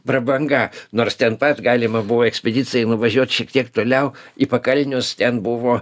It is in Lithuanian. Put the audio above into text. prabanga nors ten pat galima buvo ekspedicijai nuvažiuot šiek tiek toliau į pakalnius ten buvo